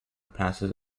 passes